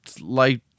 light